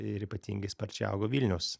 ir ypatingai sparčiai augo vilniaus